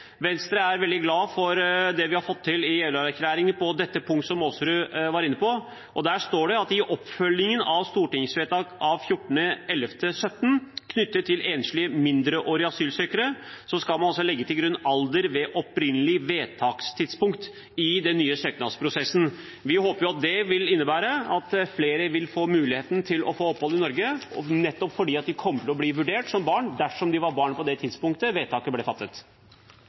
oppfølgingen av Stortingets vedtak 14.11.2017 knyttet til enslige mindreårige asylsøkere, legge til grunn alder ved opprinnelig vedtakstidspunkt i den nye søknadsprosessen.» Vi håper at det vil innebære at flere vil få muligheten til å få opphold i Norge, nettopp fordi de kommer til å bli vurdert som barn dersom de var barn på det tidspunktet vedtaket ble fattet.